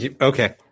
Okay